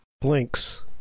Blinks